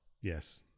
yes